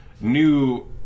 New